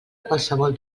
qualsevol